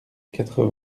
quatre